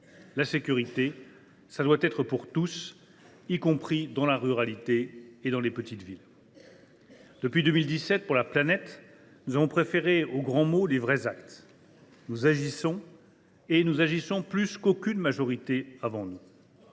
La sécurité, cela doit être pour tous, y compris dans la ruralité et dans les petites villes. « Depuis 2017, pour la planète, nous avons préféré aux grands mots les vrais actes. Nous agissons et nous le faisons plus qu’aucune autre majorité avant nous.